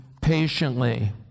patiently